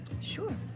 Sure